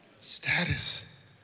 Status